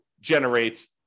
generate